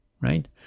right